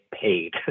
paid